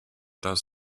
does